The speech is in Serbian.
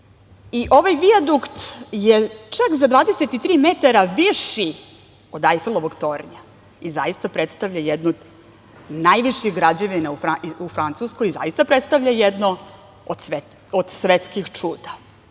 i ovaj Vijadukt je čak za 23 metara viši od Ajfelovog tornja i zaista predstavlja jednu najvišu građevinu u Francuskoj i zaista predstavlja jedno od svetskih čuda.